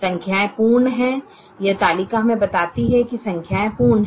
संख्याए पूर्ण है यह तालिका हमें बताती है कि संख्याए पूर्ण है